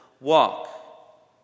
walk